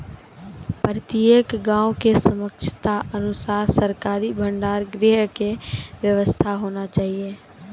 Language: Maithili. प्रत्येक गाँव के क्षमता अनुसार सरकारी भंडार गृह के व्यवस्था होना चाहिए?